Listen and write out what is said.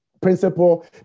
principle